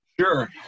Sure